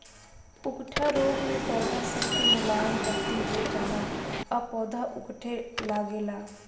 उकठा रोग मे पौध सब के मुलायम पत्ती हो जाला आ पौधा उकठे लागेला